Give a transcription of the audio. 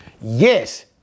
Yes